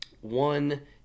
one